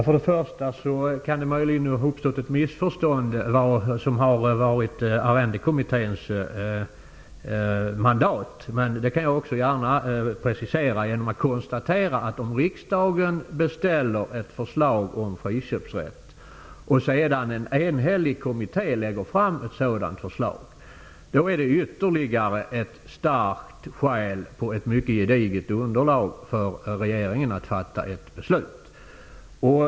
Fru talman! Det har möjligen uppstått ett missförstånd i fråga om vad som har varit Arrendekommitténs mandat, men det kan jag också precisera. Om riksdagen beställer ett förslag om friköpsrätt och en enhällig kommitté sedan lägger fram ett sådant förslag, är det ytterligare ett starkt skäl, på ett mycket gediget underlag, för regeringen att fatta ett beslut.